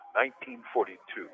1942